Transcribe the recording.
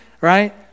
right